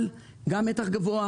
על, גם מתח גבוה.